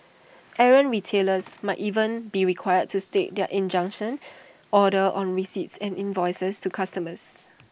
errant retailers might even be required to state their injunction order on receipts and invoices to customers